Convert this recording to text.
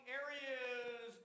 areas